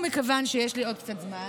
ומכיוון שיש לי עוד קצת זמן,